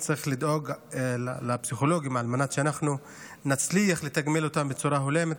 וצריך לדאוג לפסיכולוגים על מנת שאנחנו נצליח לתגמל אותם בצורה הולמת,